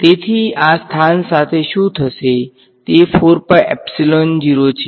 તેથી આ સ્થાન સાથે શું થશે તે છે